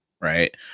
right